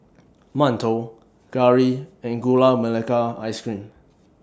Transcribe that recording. mantou Curry and Gula Melaka Ice Cream